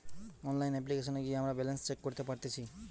online অপ্লিকেশনে গিয়ে আমরা ব্যালান্স চেক করতে পারতেচ্ছি